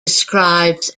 describes